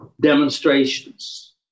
demonstrations